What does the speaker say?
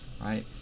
right